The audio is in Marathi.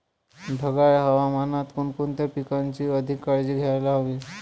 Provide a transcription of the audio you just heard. ढगाळ हवामानात कोणकोणत्या पिकांची अधिक काळजी घ्यायला हवी?